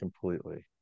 completely